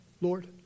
Lord